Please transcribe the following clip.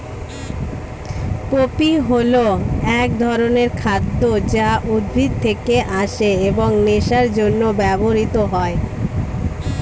poppy হল এক ধরনের খাদ্য যা উদ্ভিদ থেকে আসে এবং নেশার জন্য ব্যবহৃত হয়